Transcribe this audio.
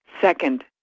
Second